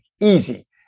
Easy